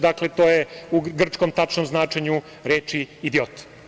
Dakle, to je u grčkom tačnom značenje reči „idiot“